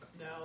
No